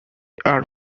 are